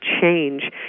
change